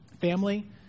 family